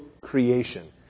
creation